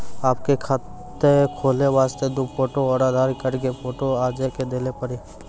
आपके खाते खोले वास्ते दु फोटो और आधार कार्ड के फोटो आजे के देल पड़ी?